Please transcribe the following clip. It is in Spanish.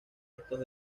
estos